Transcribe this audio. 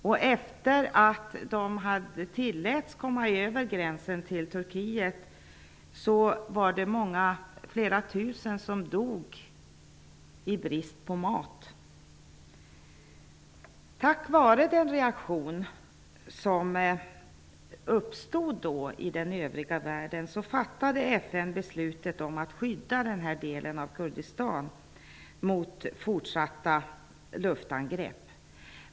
Efter det att de hade tillåtits att komma över gränsen till Turkiet var det flera tusen som dog av brist på mat. Tack vare den reaktion som uppstod i den övriga världen fattade FN beslutet om att skydda delar av Kurdistan mot fortsatta luftangrepp.